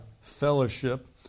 fellowship